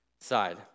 side